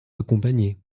accompagner